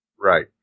Right